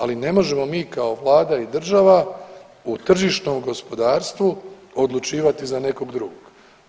Ali ne možemo mi kao vlada i država u tržišnom gospodarstvu odlučivati za nekog drugog.